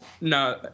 No